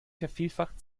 vervielfacht